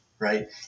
Right